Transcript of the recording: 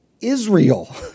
Israel